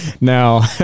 Now